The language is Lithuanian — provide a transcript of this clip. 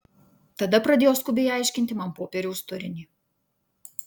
tada pradėjo skubiai aiškinti man popieriaus turinį